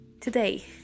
today